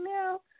now